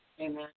Amen